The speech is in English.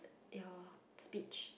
your speech